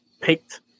picked